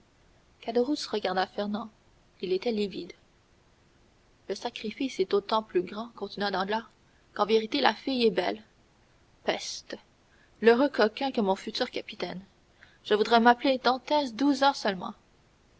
regarda fernand il était livide le sacrifice est d'autant plus grand continua danglars qu'en vérité la fille est belle peste l'heureux coquin que mon futur capitaine je voudrais m'appeler dantès douze heures seulement